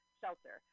shelter